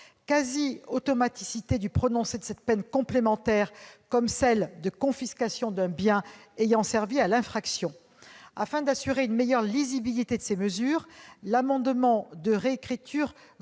quasi-automaticité du prononcé des peines complémentaires, comme celle de confiscation d'un bien ayant servi à commettre l'infraction. Afin d'assurer une meilleure lisibilité de ces mesures, l'amendement de réécriture